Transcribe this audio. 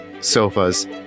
sofas